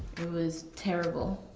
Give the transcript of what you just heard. was terrible.